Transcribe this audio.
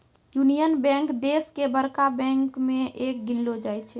union Bank देश के बड़का बैंक मे एक गिनलो जाय छै